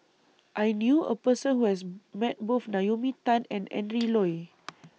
I knew A Person Who has Met Both Naomi Tan and Adrin Loi